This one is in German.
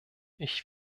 ich